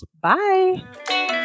Bye